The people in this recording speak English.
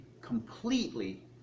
completely